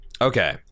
Okay